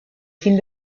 fin